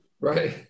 Right